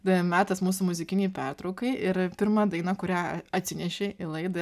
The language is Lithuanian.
deja metas mūsų muzikinei pertraukai ir pirma daina kurią atsinešei į laidą